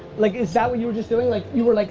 like is that what you were just doing? like you were like